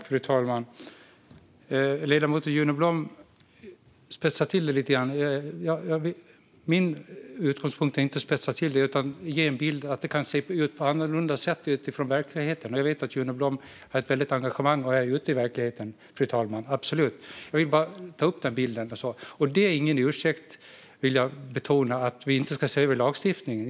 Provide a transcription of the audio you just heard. Fru talman! Ledamoten Juno Blom spetsar till det lite grann. Min utgångspunkt är inte att spetsa till utan att ge en bild av att verkligheten kan se annorlunda ut. Jag vet att Juno Blom är engagerad och är ute i verkligheten. Jag betonar att det inte är en ursäkt att vi inte ska se över lagstiftningen.